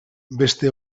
beste